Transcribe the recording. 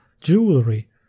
jewelry